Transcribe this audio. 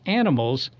animals